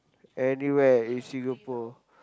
anywhere in Singapore